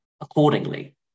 accordingly